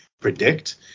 predict